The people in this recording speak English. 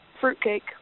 fruitcake